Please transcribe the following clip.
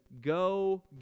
go